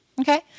Okay